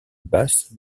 basse